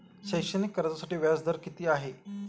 शैक्षणिक कर्जासाठी व्याज दर किती आहे?